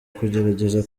kugerageza